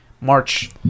March